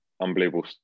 unbelievable